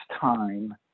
time